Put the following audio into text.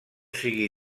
sigui